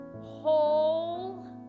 whole